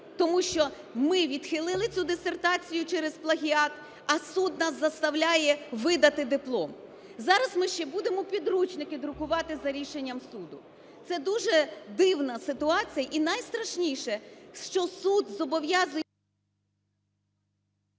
тому що ми відхилили цю дисертацію через плагіат, а суд нас заставляє видати диплом. Зараз ми ще будемо підручники друкувати за рішенням суду. Це дуже дивна ситуація. І найстрашніше, що суд зобов'язує…